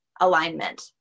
alignment